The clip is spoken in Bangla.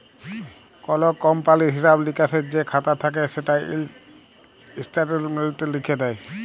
কল কমপালির হিঁসাব লিকাসের যে খাতা থ্যাকে সেটা ইস্ট্যাটমেল্টে লিখ্যে দেয়